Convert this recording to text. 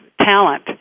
talent